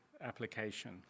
application